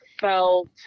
felt